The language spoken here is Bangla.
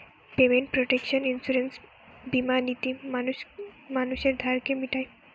পেমেন্ট প্রটেকশন ইন্সুরেন্স বীমা নীতি মানুষের ধারকে মিটায়